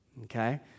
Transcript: okay